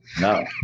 No